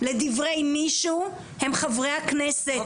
לדברי מישהו הם חברי הכנסת,